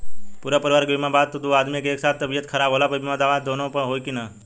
पूरा परिवार के बीमा बा त दु आदमी के एक साथ तबीयत खराब होला पर बीमा दावा दोनों पर होई की न?